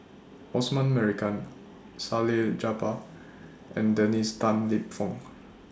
Osman Merican Salleh Japar and Dennis Tan Lip Fong